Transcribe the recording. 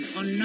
on